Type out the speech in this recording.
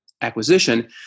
acquisition